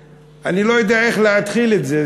אני לא יודע איך להתחיל את זה.